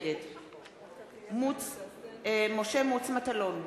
נגד משה מטלון,